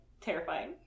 Terrifying